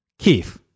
Keith